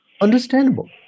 Understandable